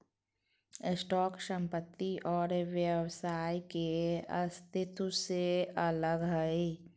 stock संपत्ति और व्यवसाय के अस्तित्व से अलग हइ